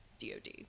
DoD